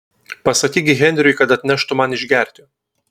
pasakyk henriui kad atneštų man išgerti